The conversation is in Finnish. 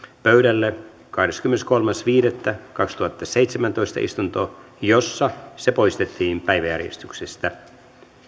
pöydälle kahdeskymmeneskolmas viidettä kaksituhattaseitsemäntoista pidettyyn istuntoon jossa se poistettiin päiväjärjestyksestä